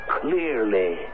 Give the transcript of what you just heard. clearly